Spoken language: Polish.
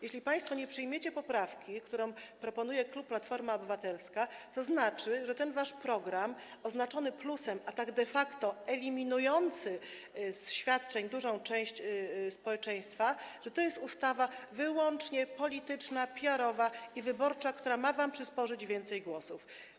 Jeśli państwo nie przyjmiecie poprawki, którą proponuje klub Platforma Obywatelska, to znaczy, że ten wasz program oznaczony plusem, a tak de facto eliminujący z objętych świadczeniami dużą część społeczeństwa, i ta ustawa to sprawa wyłącznie polityczna, PR-owa i wyborcza, która ma wam przysporzyć więcej głosów.